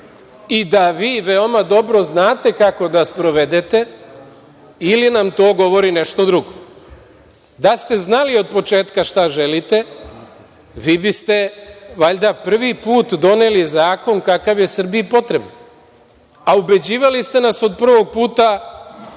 i da vi veoma dobro znate kako da sprovedete ili nam to govori nešto drugo? Da ste znali od početka šta želite, vi biste valjda prvi put doneli zakon kakav je Srbiji potreban, a ubeđivali ste nas od prvog puta